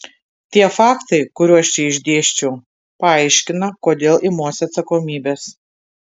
tie faktai kuriuos čia išdėsčiau paaiškina kodėl imuosi atsakomybės